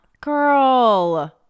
Girl